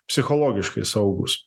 psichologiškai saugūs